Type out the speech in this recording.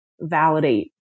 validate